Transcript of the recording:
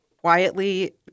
quietly